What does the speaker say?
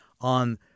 on